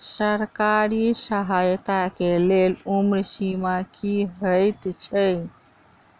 सरकारी सहायता केँ लेल उम्र सीमा की हएत छई?